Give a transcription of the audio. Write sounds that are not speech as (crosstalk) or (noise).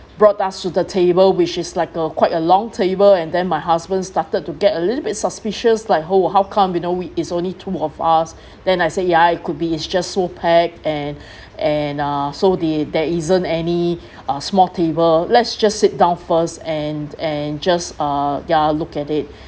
brought us to the table which is like a quite a long table and then my husband started to get a little bit suspicious like [ho] how come you know we is only two of us (breath) then I say ya it could be it's just so packed and (breath) and uh so they there isn't any uh small table let's just sit down first and and just uh ya look at it